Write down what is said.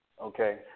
okay